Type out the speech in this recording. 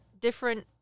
different